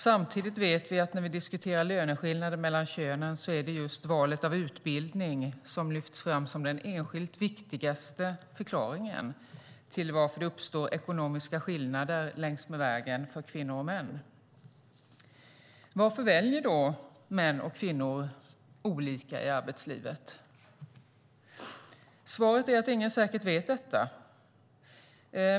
Samtidigt vet vi att när vi diskuterar löneskillnader mellan könen är det just valet av utbildning som lyfts fram som den enskilt viktigaste förklaringen till varför det uppstår ekonomiska skillnader längs med vägen för kvinnor och män. Varför väljer män och kvinnor olika i arbetslivet? Svaret är att ingen säkert vet detta.